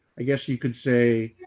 i guess you could say,